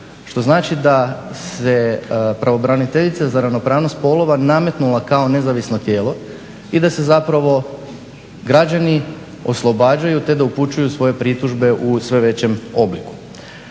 Što znači da se pravobraniteljica za ravnopravnost spolova nametnula kao nezavisno tijelo i da se zapravo građani oslobađaju te da upućuju svoje pritužbe u sve većem obliku.